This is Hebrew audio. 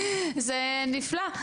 זה נפלא.